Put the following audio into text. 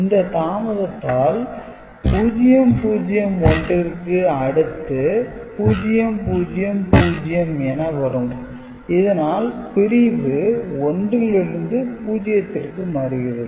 இந்த தாமதத்தால் 0 0 1 ற்கு அடுத்து 0 0 0 என வரும் இதனால் பிரிவு 1 லிருந்து 0 ற்கு மாறுகிறது